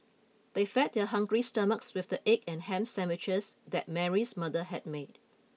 they fed their hungry stomachs with the egg and ham sandwiches that Mary's mother had made